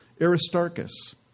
Aristarchus